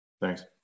Thanks